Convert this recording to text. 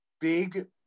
big